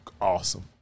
Awesome